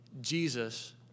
Jesus